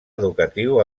educatiu